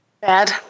Bad